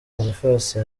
boniface